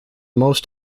most